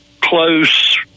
close